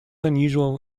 unusual